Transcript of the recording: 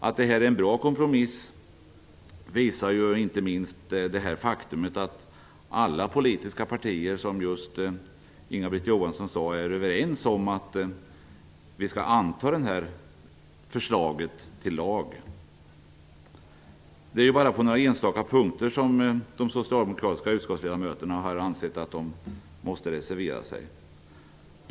Att det här är en bra kompromiss visas av inte minst det faktum att alla politiska partier, som Inga-Britt Johansson sade, är överens om att vi skall anta förslaget till lag. Det är bara på några enstaka punkter som de socialdemokratiska utskottsledamöterna har ansett att det måste reservera sig.